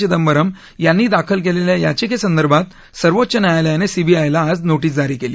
चिदंबरम यांनी दाखल केलेल्या याचिकेसदर्भात सर्वोच्च न्यायालयाने सीबीआयला नोटीस जारी केली